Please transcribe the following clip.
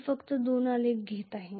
मी फक्त दोन आलेख घेत आहे